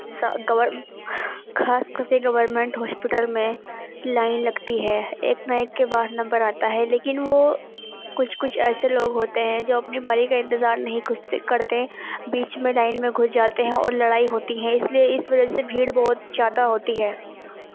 خاص کر کے گورنمنٹ ہاسپیٹل میں لائن لگتی ہے ایک نہ ایک کے بعد نمبر آتا ہے لیکن وہ کچھ کچھ ایسے لوگ ہوتے ہیں جو اپںی باری کا انتظار نہیں گھستے کرتے بیچ میں لائن میں گھس جاتے ہیں اور لڑائی ہوتی ہے اس لیے اس وجہ سے بھیڑ بہت زیادہ ہوتی ہے